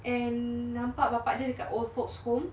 and nampak bapa dia dekat old folks home